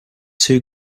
two